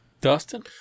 Dustin